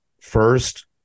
first